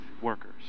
workers